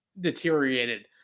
deteriorated